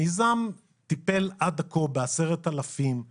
המיזם טיפל עד כה ב-10,800,